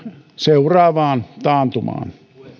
seuraavaan taantumaan